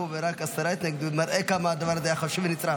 ורק עשרה התנגדו מראה כמה הדבר הזה היה חשוב ונצרך.